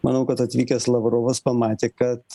manau kad atvykęs lavrovas pamatė kad